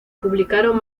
publicaron